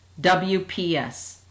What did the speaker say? WPS